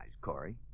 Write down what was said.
Corey